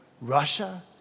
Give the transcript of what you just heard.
Russia